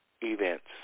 events